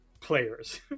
players